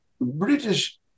British